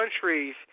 countries